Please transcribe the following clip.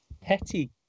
petty